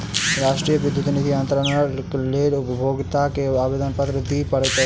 राष्ट्रीय विद्युत निधि अन्तरणक लेल उपभोगता के आवेदनपत्र दिअ पड़ैत अछि